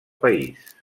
país